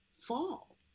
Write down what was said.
fall